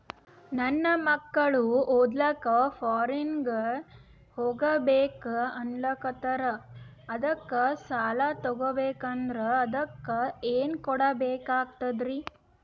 ನನ್ನ ಮಕ್ಕಳು ಓದ್ಲಕ್ಕ ಫಾರಿನ್ನಿಗೆ ಹೋಗ್ಬಕ ಅನ್ನಕತ್ತರ, ಅದಕ್ಕ ಸಾಲ ತೊಗೊಬಕಂದ್ರ ಅದಕ್ಕ ಏನ್ ಕೊಡಬೇಕಾಗ್ತದ್ರಿ?